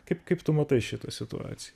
kaip kaip tu matai šitą situaciją